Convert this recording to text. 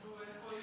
נו, איפה היא?